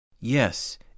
Yes